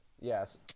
yes